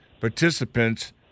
participants